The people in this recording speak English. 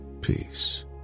peace